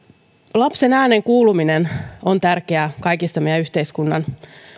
lapsen äänen kuuluminen on tärkeää kaikissa meidän yhteiskuntamme